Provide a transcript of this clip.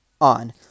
on